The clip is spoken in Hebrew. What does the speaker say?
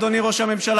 אדוני ראש הממשלה,